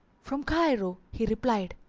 from cairo, he replied.